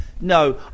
no